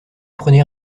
prenez